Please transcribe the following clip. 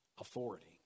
authority